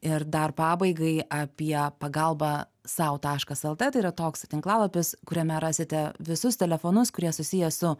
ir dar pabaigai apie pagalba sau taškas lt tai yra toks tinklalapis kuriame rasite visus telefonus kurie susiję su